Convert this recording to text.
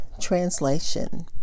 translation